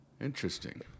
Interesting